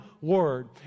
word